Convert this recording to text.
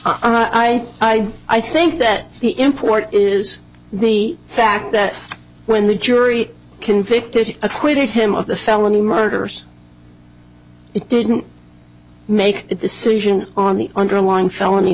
i i i think that the import is the fact that when the jury convicted acquitted him of the felony murders it didn't make the solution on the underlying felony